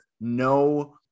no